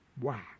Wow